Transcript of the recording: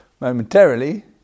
Momentarily